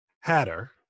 hatter